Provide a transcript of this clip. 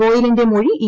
ഗോയലിന്റെ മൊഴി ഇ